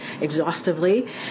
exhaustively